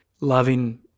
loving